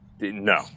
No